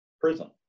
prison